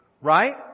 Right